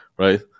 Right